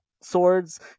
swords